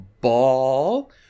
ball